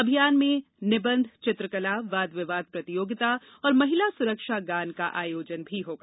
अभियान में निबंध चित्रकला वाद विवाद प्रतियोगिता और महिला सुरक्षा गान का आयोजन होगा